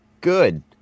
Good